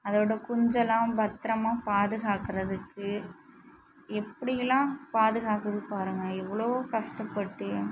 அதோட குஞ்சலாம் பத்தரமாக பாதுகாக்கறதுக்கு எப்டிலாம் பாதுகாக்குது பாருங்கள் எவ்வளோ கஷ்டப்பட்டு